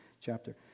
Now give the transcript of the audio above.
chapter